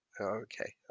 Okay